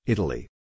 Italy